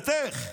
איך?